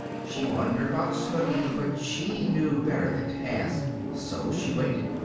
she wondered about snooky but she knew better than to ask. so she waited.